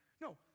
No